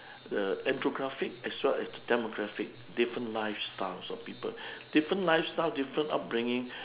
the enthnographic as well as the demographic different lifestyles of people different lifestyle different upbringing